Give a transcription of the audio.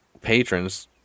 patrons